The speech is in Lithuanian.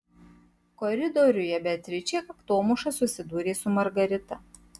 koridoriuje beatričė kaktomuša susidūrė su margarita